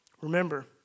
Remember